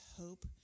hope